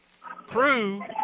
crew